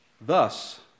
thus